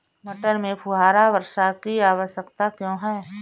मटर में फुहारा वर्षा की आवश्यकता क्यो है?